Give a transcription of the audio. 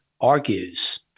argues